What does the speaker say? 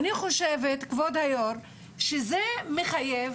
אני חושבת כבוד היו"ר שזה מחייב